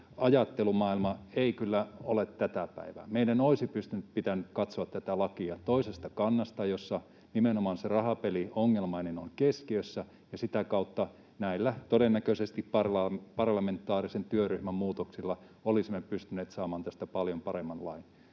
ajattelumaailma, ei kyllä ole tätä päivää. Meidän olisi pitänyt katsoa tätä lakia toisesta kannasta, jossa nimenomaan se rahapeliongelmainen on keskiössä, ja sitä kautta todennäköisesti näillä parlamentaarisen työryhmän muutoksilla olisimme pystyneet saamaan tästä paljon paremman lain.